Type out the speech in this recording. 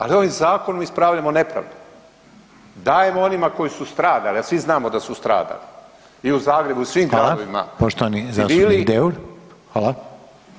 Ali ovim zakonom ispravljamo nepravdu, dajemo onima koji su stradali, a svi znamo da su stradali i u Zagrebu i svim gradovima su bili.